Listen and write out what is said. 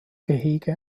gehege